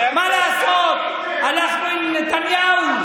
מה לעשות, הלכנו עם נתניהו.